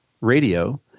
radio